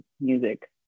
music